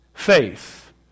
faith